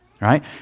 right